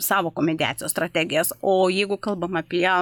sąvokų mediacijos strategijos o jeigu kalbama apie